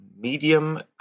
medium